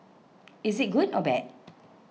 is it good or bad